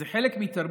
זה חלק מתרבות,